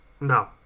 No